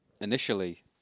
initially